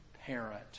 parent